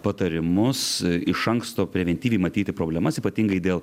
patarimus iš anksto preventyviai matyti problemas ypatingai dėl